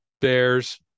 bears